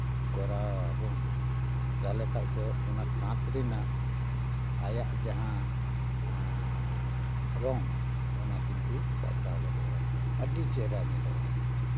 ᱠᱚᱨᱟᱣ ᱟᱵᱚᱱ ᱛᱟᱦᱞᱮ ᱠᱷᱟᱱ ᱫᱚ ᱚᱱᱟ ᱠᱟᱸᱛ ᱨᱮᱭᱟᱜ ᱟᱭᱟᱜ ᱡᱟᱦᱟᱸ ᱨᱚᱝ ᱚᱱᱟ ᱠᱤᱱᱛᱩ ᱯᱟᱞᱴᱟᱣ ᱜᱚᱫᱚᱜᱼᱟ ᱟᱹᱰᱤ ᱪᱮᱦᱨᱟ ᱧᱮᱞᱚᱜᱼᱟ